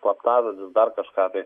slaptažodžius dar kažką tai